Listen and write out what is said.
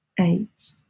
eight